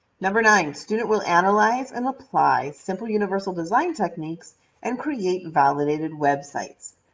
number nine student will analyze and apply simple universal design techniques and create validated web sites.